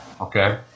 okay